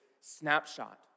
snapshot